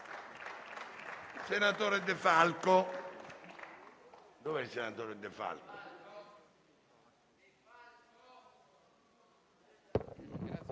senatore De Falco.